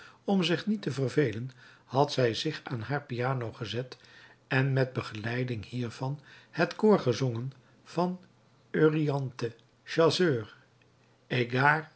om zich niet te vervelen had zij zich aan haar piano gezet en met begeleiding hiervan het koor gezongen van euryanthe chasseurs égarés